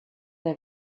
der